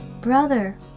brother